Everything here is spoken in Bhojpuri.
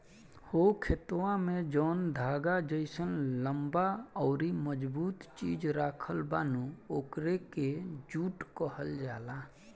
हो खेतवा में जौन धागा जइसन लम्बा अउरी मजबूत चीज राखल बा नु ओकरे के जुट कहल जाला